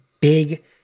big